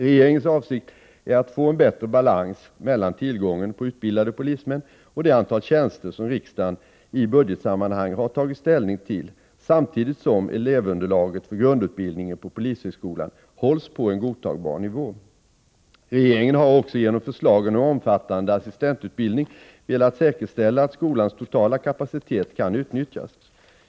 Regeringens avsikt är att få en bättre balans mellan tillgången på utbildade polismän och det antal tjänster som riksdagen i budgetsammanhang har tagit ställning till samtidigt som elevunderlaget för grundutbildningen på polishögskolan hålls på en godtagbar nivå. Regeringen har också genom förslag om en omfattande assistentutbildning velat säkerställa att skolans totala kapacitet kan utnyttjas.